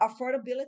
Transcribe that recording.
affordability